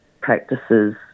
practices